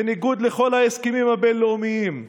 בניגוד לכל ההסכמים הבין-לאומיים.